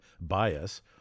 bias